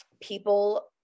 people